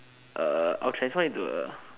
uh I'll transform into a